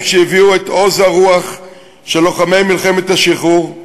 הם שהביאו את עוז הרוח של לוחמי מלחמת השחרור.